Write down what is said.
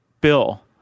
Bill